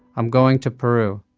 i'm going to peru.